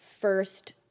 first